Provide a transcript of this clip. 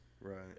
Right